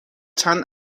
چند